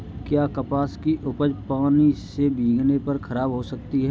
क्या कपास की उपज पानी से भीगने पर खराब हो सकती है?